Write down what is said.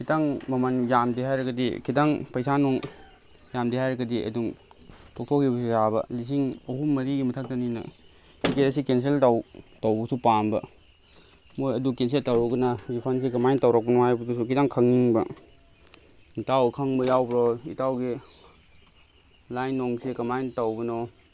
ꯈꯤꯇꯪ ꯃꯃꯟ ꯌꯥꯝꯗꯦ ꯍꯥꯏꯔꯒꯗꯤ ꯈꯤꯇꯪ ꯄꯩꯁꯥ ꯅꯨꯡ ꯌꯥꯝꯗꯦ ꯍꯥꯏꯔꯒꯗꯤ ꯑꯗꯨꯝ ꯇꯣꯛꯊꯣꯛꯈꯤꯕꯁꯨ ꯌꯥꯕ ꯂꯤꯁꯤꯡ ꯑꯍꯨꯝ ꯃꯔꯤꯒꯤ ꯃꯊꯛꯇꯅꯤꯅ ꯇꯤꯀꯦꯠ ꯑꯁꯤ ꯀꯦꯟꯁꯦꯜ ꯇꯧꯕꯁꯨ ꯄꯥꯝꯕ ꯃꯣꯏ ꯑꯗꯨ ꯀꯦꯟꯁꯦꯜ ꯇꯧꯔꯒꯅ ꯔꯤꯐꯟꯁꯦ ꯀꯃꯥꯏꯅ ꯇꯧꯔꯛꯄꯅꯣ ꯍꯥꯏꯕꯗꯨꯁꯨ ꯈꯤꯇꯪ ꯈꯪꯅꯤꯡꯕ ꯏꯇꯥꯎ ꯈꯪꯕ ꯌꯥꯎꯕ꯭ꯔꯣ ꯏꯇꯥꯎꯒꯤ ꯂꯥꯏꯟ ꯅꯨꯡꯁꯦ ꯀꯃꯥꯏꯅ ꯇꯧꯕꯅꯣ